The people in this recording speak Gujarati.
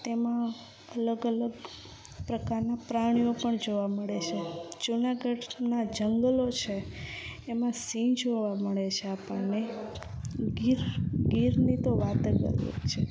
તેમાં અલગ અલગ પ્રકારનાં પ્રાણીઓ પણ જોવા મળે છે જૂનાગઢનાં જંગલો છે એમાં સિંહ જોવા મળે છે આપણને ગીર ગીરની તો વાત જ અલગ છે